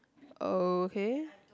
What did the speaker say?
okay